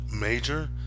major